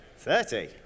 Thirty